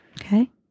Okay